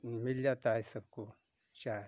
मिल जाता है सबको चाय